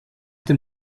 dem